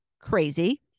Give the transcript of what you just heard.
crazy